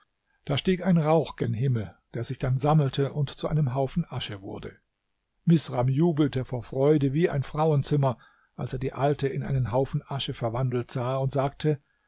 da stieg ein rauch gen himmel der sich dann sammelte und zu einem haufen asche wurde misram jubelte vor freude wie ein frauenzimmer als er die alte in einen haufen asche verwandelt sah und sagte